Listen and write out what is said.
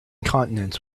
continents